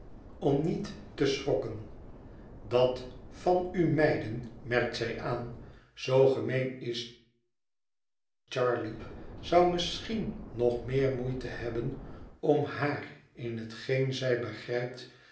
om niet te schrokken dat van u meiden merkt zij aan zoo gemeen is charley zou misschien nog meer moeite hebben om haar in hetgeen zij begrijpt